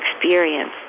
experience